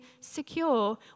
secure